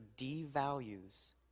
devalues